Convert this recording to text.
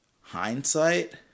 hindsight